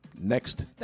Next